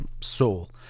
soul